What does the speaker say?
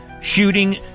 Shooting